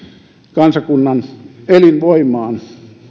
kansakunnan elinvoimaan